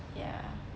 ya